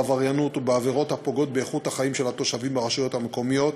בעבריינות ובעבירות הפוגעות באיכות החיים של התושבים ברשויות מקומיות,